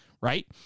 right